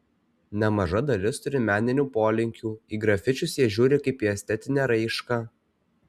nemaža dalis turi meninių polinkių į grafičius jie žiūri kaip į estetinę raišką